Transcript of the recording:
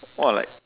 !wah! like